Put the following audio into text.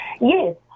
Yes